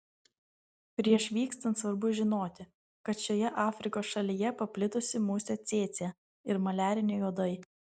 prieš vykstant svarbu žinoti kad šioje afrikos šalyje paplitusi musė cėcė ir maliariniai uodai